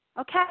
Okay